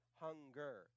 hunger